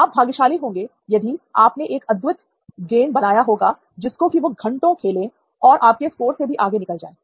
आप भाग्यशाली होंगे यदि आपने एक अद्भुत गेम बनाया होगा जिसको कि वो घंटों खेलें और आपके स्कोर से भी आगे निकल जाए